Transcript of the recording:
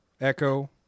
Echo